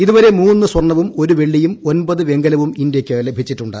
ഇതുവരെ മൂന്ന് സ്വർണ്ണവും ഒരു വെള്ളിയും ഒമ്പത് വെങ്കലവും ഇന്ത്യയ്ക്ക് ലഭിച്ചിട്ടുണ്ട്